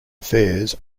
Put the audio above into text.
affairs